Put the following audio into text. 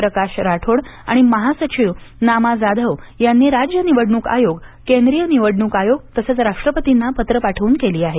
प्रकाश रातोड आणि महासचिव नामा जाधव यांनी राज्य निवडणूक आयोग केंद्रीय निवडणूक आयोग तसंच राष्ट्रपतींना पत्र पाठवून केली आहे